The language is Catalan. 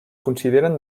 consideren